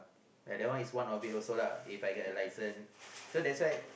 ya that one is one of it also lah If I get a license so that's why